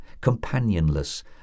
companionless